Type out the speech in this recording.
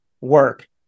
work